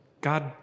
God